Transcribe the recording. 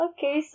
Okay